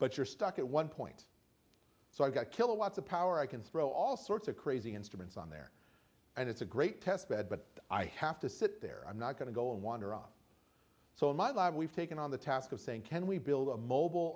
but you're stuck at one point so i've got kilowatts of power i can throw all sorts of crazy instruments on there and it's a great test bed but i have to sit there i'm not going to go and wander off so in my lab we've taken on the task of saying can we build a mobile